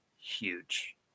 huge